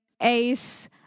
Ace